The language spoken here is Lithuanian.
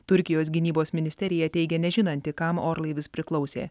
turkijos gynybos ministerija teigia nežinanti kam orlaivis priklausė